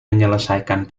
menyelesaikan